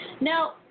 Now